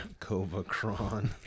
Covacron